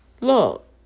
look